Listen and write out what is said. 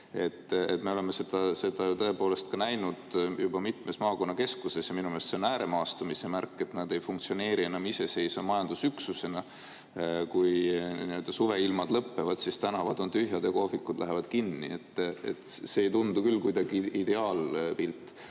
Me oleme seda tõepoolest näinud juba mitmes maakonnakeskuses ja minu meelest see on ääremaastumise märk, et nad ei funktsioneeri enam iseseisva majandusüksusena. Kui suveilmad lõpevad, siis tänavad on tühjad ja kohvikud lähevad kinni. See ei tundu küll kuidagi ideaalpilt.